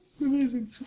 Amazing